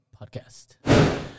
podcast